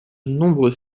nombreux